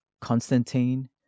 Constantine